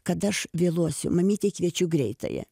kad aš vėluosiu mamytei kviečiu greitąją